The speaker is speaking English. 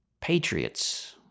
patriots